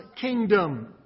kingdom